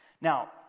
Now